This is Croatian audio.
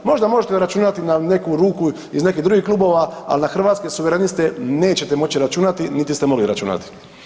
Možda možete računati na neku ruku iz nekih drugih klubova, al na Hrvatske suvereniste nećete moći računati, niti ste mogli računati.